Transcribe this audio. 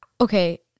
Okay